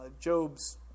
Job's